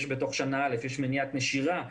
יש בתוך שנה א' מניעת נשירה,